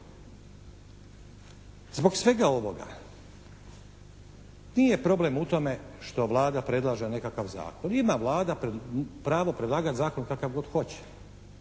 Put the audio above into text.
Zbog svega ovoga nije problem u tome što Vlada predlaže nekakav zakon. Ima Vlada pravo predlagati zakon kakav god hoće.